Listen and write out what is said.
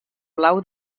blau